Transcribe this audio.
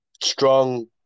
Strong